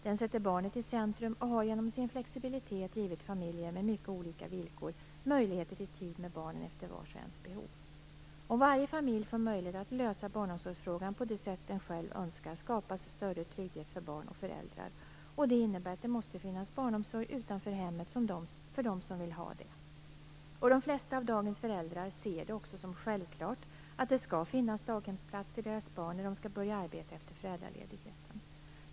Den sätter barnet i centrum och har genom sin flexibilitet givit familjer med mycket olika villkor möjlighet till tid med barnen efter vars och ens behov. Om varje familj får möjlighet att lösa barnomsorgsfrågan på det sätt den själv önskar skapas större trygghet för barn och föräldrar. Det innebär att det måste finnas barnomsorg utanför hemmet för dem som vill ha det. De flesta av dagens föräldrar ser det också som självklart att det skall finnas daghemsplats till deras barn när de skall börja arbeta efter föräldraledigheten.